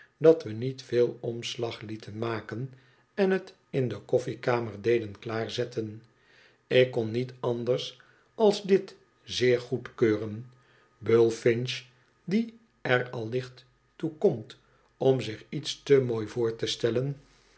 dat we niet veel omslag heten maken en het in de koffiekamer doden klaar zetten ik kon niet anders als dit zeor goedkeuren bullfinch die er al licht toe komt om zich iets te mooi voor te stellen